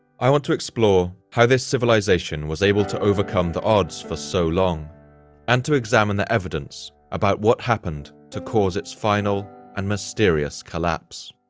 i want to explore how this civilization was able to overcome the odds for so long and to examine the evidence about what happened happened to cause its final and mysterious collapse.